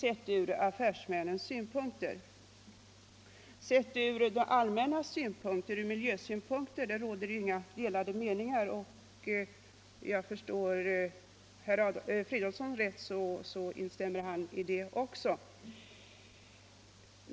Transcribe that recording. för affärsmännen. Att den kan vara önskvärd från det allmännas synpunkter och från miljösynpunkter råder det inga delade meningar om, och om jag förstod herr Fridolfsson rätt instämde han i detta.